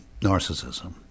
narcissism